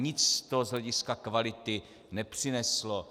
Nic z toho z hlediska kvality nepřineslo.